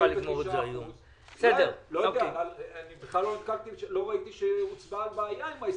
לא ראיתי שהוצגה בעיה עם ה-20%,